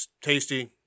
tasty